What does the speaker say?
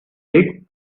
did